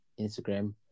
Instagram